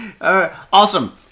Awesome